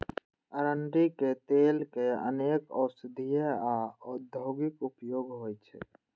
अरंडीक तेलक अनेक औषधीय आ औद्योगिक उपयोग होइ छै